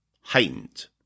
heightened